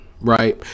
right